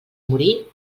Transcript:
morir